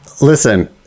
Listen